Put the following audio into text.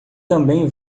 também